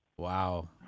Wow